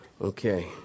Okay